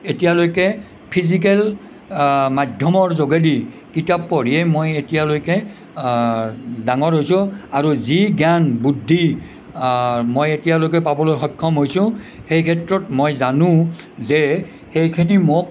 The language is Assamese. এতিয়ালৈকে ফিজিকেল মাধ্য়মৰ যোগেদি কিতাপ পঢ়িয়েই মই এতিয়ালৈকে ডাঙৰ হৈছোঁ আৰু যি জ্ঞান বুদ্ধি মই এতিয়ালৈকে পাবলৈ সক্ষম হৈছোঁ সেইক্ষেত্ৰত মই জানোঁ যে সেইখিনি মোক